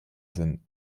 sinn